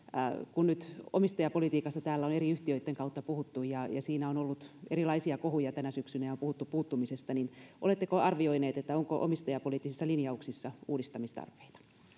kun nyt omistajapolitiikasta täällä on eri yhtiöitten kautta puhuttu ja siinä on ollut erilaisia kohuja tänä syksynä ja on puhuttu puuttumisesta niin oletteko arvioineet onko omistajapoliittisissa linjauksissa uudistamistarpeita